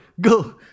go